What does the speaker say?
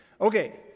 Okay